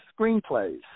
screenplays